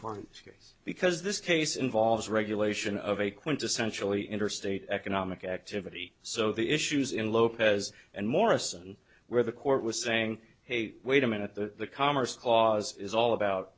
case because this case involves regulation of a quintessentially interstate economic activity so the issues in lopez and morrison where the court was saying hey wait a minute the commerce clause is all about